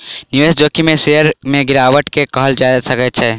निवेश जोखिम में शेयर में गिरावट के कहल जा सकै छै